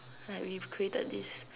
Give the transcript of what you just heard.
like we've created this